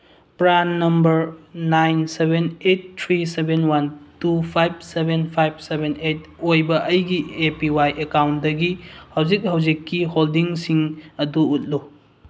PRAN number nine seven eight three seven one two five seven five seven eight ꯑꯣꯏꯕ ꯑꯩꯒꯤ A P Y ꯑꯦꯀꯥꯎꯟꯗꯒꯤ ꯍꯧꯖꯤꯛ ꯍꯧꯖꯤꯛꯀꯤ ꯍꯣꯜꯗꯤꯡꯁꯤꯡ ꯑꯗꯨ ꯎꯠꯂꯨ